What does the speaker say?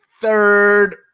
third